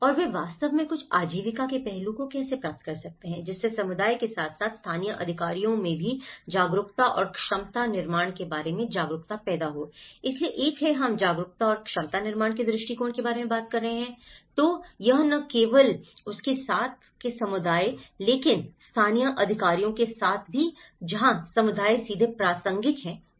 और वे वास्तव में कुछ आजीविका के पहलू को कैसे प्राप्त कर सकते हैं जिससे समुदाय के साथ साथ स्थानीय अधिकारियों में जागरूकता और क्षमता निर्माण के बारे में जागरूकता पैदा हो इसलिए एक है हम जागरूकता और क्षमता निर्माण के दृष्टिकोण के बारे में बात कर रहे हैं इसलिए यह न केवल के साथ है समुदाय लेकिन स्थानीय अधिकारियों के साथ भी जहां समुदाय सीधे प्रासंगिक है